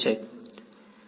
વિદ્યાર્થી